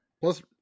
Plus